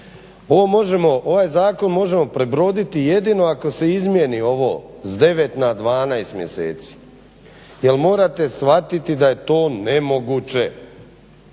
Ovaj zakon možemo prebroditi jedino ako se izmijeni ovo s 9 na 12 mjeseci jer morate shvatiti da je to nemoguće.